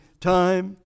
time